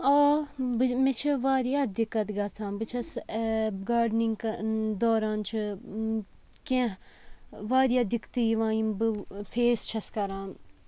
آ بہٕ مےٚ چھِ واریاہ دِقت گژھان بہٕ چھَس گاڈنِنٛگ دوران چھِ کیٚنٛہہ واریاہ دِقتہٕ یِوان یِم بہٕ فیس چھَس کَران